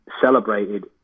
celebrated